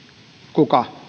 kuka